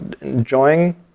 enjoying